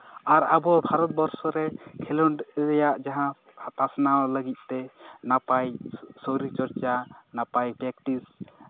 ᱟᱨ ᱟᱵᱚ ᱵᱷᱟᱨᱚᱛᱵᱚᱨᱥᱚ ᱨᱮ ᱠᱷᱮᱞᱳᱰ ᱨᱮᱭᱟᱜ ᱡᱟᱦᱟᱸ ᱯᱟᱥᱱᱟᱣ ᱞᱟᱹᱜᱤᱫ ᱛᱮ ᱱᱟᱯᱟᱭ ᱥᱚᱨᱤᱨ ᱪᱚᱨᱪᱟ ᱱᱟᱯᱟᱭ ᱯᱮᱠᱴᱤᱥ